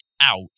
out